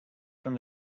from